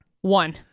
One